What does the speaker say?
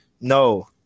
No